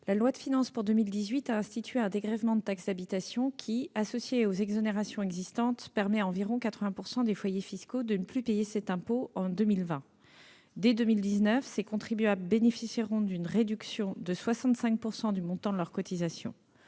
la loi de finances pour 2018 a institué un dégrèvement de taxe d'habitation qui, associé aux exonérations existantes, permettra à environ 80 % des foyers fiscaux de ne plus payer cet impôt en 2020. Dès 2019, ces contribuables bénéficieront d'une réduction de 65 % du montant de leur cotisation.